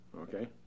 Okay